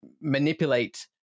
manipulate